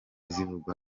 zivugwa